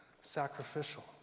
sacrificial